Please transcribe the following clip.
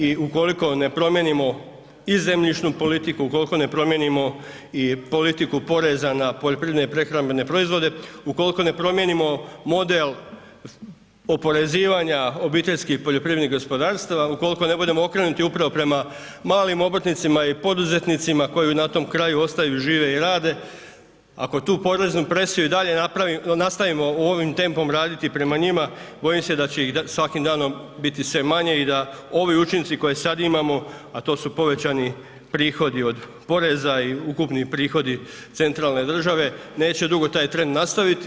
I ukoliko ne promijenimo i zemljišnu politiku, ukoliko ne promijenimo i politiku poreza na poljoprivredne i prehrambene proizvode, ukoliko ne promijenimo model oporezivanja obiteljskih poljoprivrednih gospodarstava, ukoliko ne budemo okrenuti upravo prema malim obrtnicima i poduzetnicima koji na tom kraju ostaju, žive i rade, ako tu poreznu presiju i dalje nastavimo ovim tempom raditi prema njima bojim se da će ih svakim danom biti sve manje i da ovi učinci koje sada imamo a to su povećani prihodi od poreza i ukupni prihodi centralne države, neće dugo taj trend nastaviti.